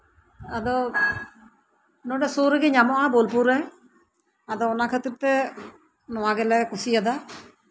ᱟᱫᱚ ᱱᱚᱰᱮ ᱥᱩᱨ ᱨᱮᱜᱮ ᱧᱟᱢᱚᱜᱼᱟ ᱵᱳᱞᱯᱩᱨᱨᱮ ᱟᱫᱚ ᱚᱱᱟ ᱠᱷᱟᱹᱛᱤᱨᱛᱮ ᱱᱚᱣᱟ ᱜᱮᱞᱮ ᱠᱩᱥᱤᱭᱟᱫᱟ